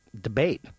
debate